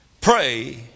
pray